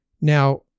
Now